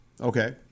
okay